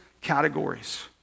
categories